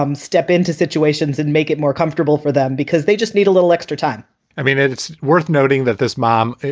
um step into situations and make it more comfortable for them because they just need a little extra time i mean, it's worth noting that this mom,